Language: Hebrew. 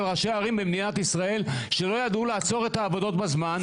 ראשי הערים במדינת ישראל שלא ידעו לעצור את העבודות בזמן,